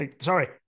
Sorry